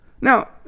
Now